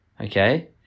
okay